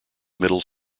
middle